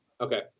okay